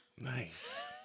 Nice